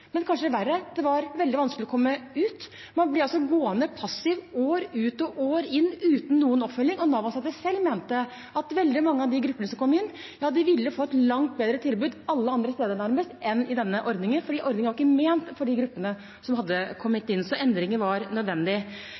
uten noen oppfølging, og Nav-ansatte mente at veldig mange av de gruppene som kom inn, ville få et langt bedre tilbud nærmest alle andre steder enn i denne ordningen, for ordningen var ikke ment for de gruppene som hadde kommet inn. Så endringer var nødvendig.